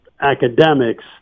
academics